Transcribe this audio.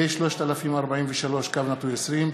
פ/3043/20,